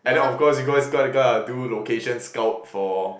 and then of course you guys gonna go out and do location scout for